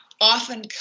often